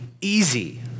easy